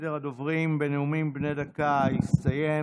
סדר הדוברים בנאומים בני דקה הסתיים.